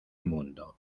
mundo